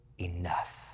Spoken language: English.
enough